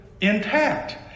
intact